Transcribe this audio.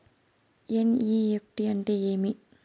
NEFT అంటే ఏమి